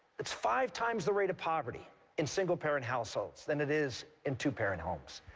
it's five times the rate of poverty in single-parent households than it is in two-parent homes.